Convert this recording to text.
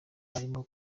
arimo